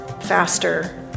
faster